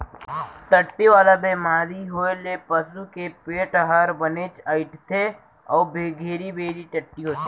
टट्टी वाला बेमारी होए ले पसू के पेट हर बनेच अइंठथे अउ घेरी बेरी टट्टी होथे